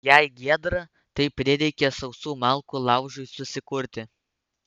jei giedra tai prireikia sausų malkų laužui susikurti